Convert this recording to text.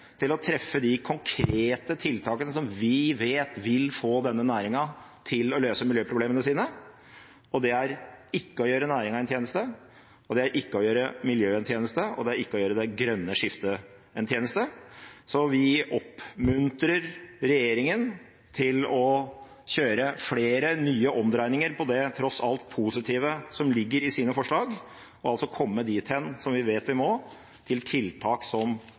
til å treffe de konkrete tiltakene som vi vet vil få denne næringen til å løse miljøproblemene sine. Det er ikke å gjøre næringen en tjeneste, det er ikke å gjøre miljøet en tjeneste, og det er ikke å gjøre det grønne skiftet en tjeneste. Så vi oppmuntrer regjeringen til å kjøre flere nye omdreininger på det tross alt positive som ligger i regjeringens forslag, og komme dit hen som vi vet vi må, til tiltak som